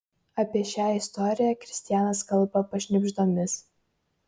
apie šią istoriją kristianas kalba pašnibždomis